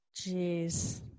Jeez